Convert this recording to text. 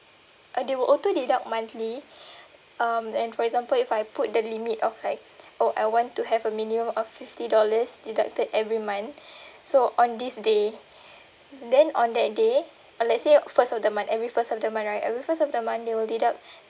uh they will auto-deduct monthly um and for example if I put the limit of like oh I want to have a minimum of fifty dollars deducted every month so on this day then on that day ah let's say first of the month every first of their month right every first of the month they will deduct